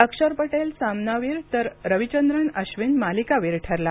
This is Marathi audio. अक्षर पटेल सामनावीर तर रविचंद्रन अश्विन मालिकावीर ठरला